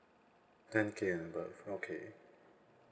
ten K and above okay